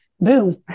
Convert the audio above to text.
boom